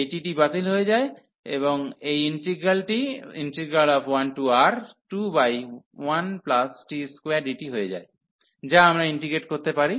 এই t টি বাতিল হয়ে যায় এবং এই ইন্টিগ্রালটি 1R21t2dt হয়ে যায় যা আমরা ইন্টিগ্রেট করতে পারি